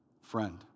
friend